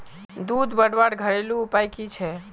दूध बढ़वार घरेलू उपाय की छे?